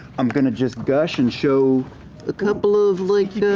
i'm going to just gush and show a couple of like,